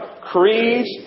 creeds